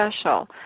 special